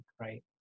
right